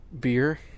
beer